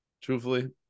truthfully